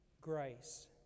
grace